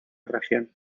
región